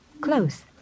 Close